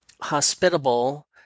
hospitable